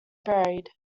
buried